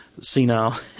Senile